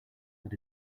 that